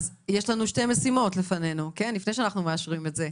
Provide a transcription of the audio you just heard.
אז יש לנו שתי משימות לפנינו לפני שאנחנו מאשרים את זה.